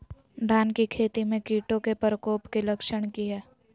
धान की खेती में कीटों के प्रकोप के लक्षण कि हैय?